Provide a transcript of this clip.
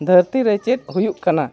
ᱫᱷᱟᱹᱨᱛᱤ ᱨᱮ ᱪᱮᱫ ᱦᱩᱭᱩᱜ ᱠᱟᱱᱟ